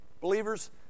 Believers